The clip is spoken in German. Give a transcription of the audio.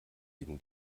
gegen